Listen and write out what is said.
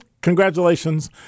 congratulations